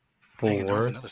four